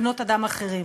בנות-אדם, אחרים,